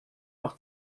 auch